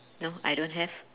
no I don't have